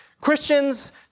Christians